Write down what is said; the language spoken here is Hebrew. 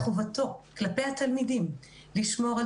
כך גדולה יותר חובתו כלפי התלמידים לשמור על